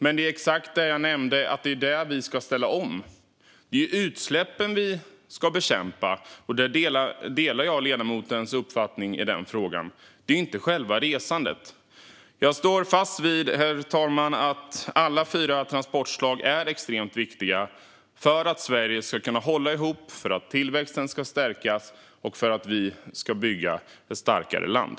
Men jag nämnde att i fråga om utsläppen ska det ske en omställning. Det är utsläppen som ska bekämpas - jag delar ledamotens uppfattning i den frågan - inte själva resandet. Herr talman! Jag står fast vid att alla fyra transportslag är extremt viktiga för att Sverige ska hålla ihop, för att tillväxten ska stärkas och för att vi ska bygga ett starkare land.